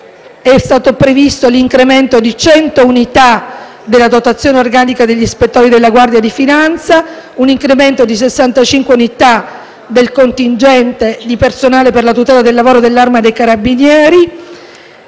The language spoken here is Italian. È stato previsto l'incremento di cento unità della dotazione organica degli ispettori della Guardia di finanza e un incremento di 65 unità del contingente di personale per la tutela del lavoro dell'Arma dei carabinieri.